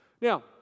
Now